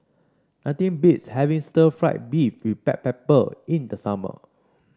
nothing beats having Stir Fried Beef with Black Pepper in the summer